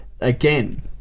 again